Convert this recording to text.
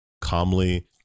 calmly